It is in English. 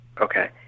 Okay